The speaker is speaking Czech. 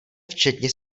včetně